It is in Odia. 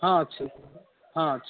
ହଁ ଅଛି ହଁ ଅଛି